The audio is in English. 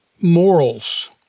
morals